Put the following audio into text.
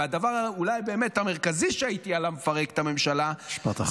ואולי הדבר המרכזי באמת שהייתי מפרק עליו את הממשלה -- משפט אחרון.